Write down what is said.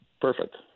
perfect